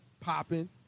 popping